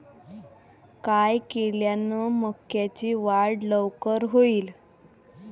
काय केल्यान मक्याची वाढ लवकर होईन?